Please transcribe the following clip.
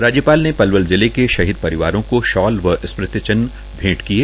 राज्यपाल ने पलवल जिले के शहीद परिवारों को शॉल व स्मृति चिन्ह भेंट किये